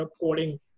coding